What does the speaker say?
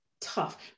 tough